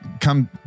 come